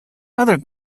other